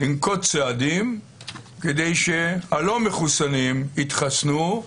לנקוט צעדים כדי שהלא מחוסנים יתחסנו.